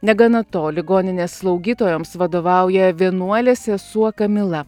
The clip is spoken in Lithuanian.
negana to ligoninės slaugytojoms vadovauja vienuolės sesuo kamila